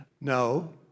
No